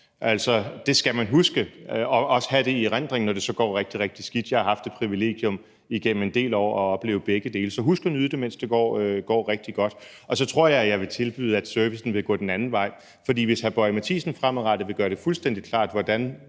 godt. Det skal man huske, og man skal også have det i erindring, når det så går rigtig, rigtig skidt – jeg har haft det privilegium igennem en del år at opleve begge dele. Så husk at nyde det, mens det går rigtig godt. Og så tror jeg, at jeg vil tilbyde at lade servicen gå den anden vej, for hvis hr. Lars Boje Mathiesen fremadrettet vil gøre det fuldstændig klart, hvordan